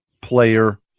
player